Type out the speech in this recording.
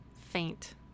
Faint